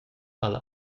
alla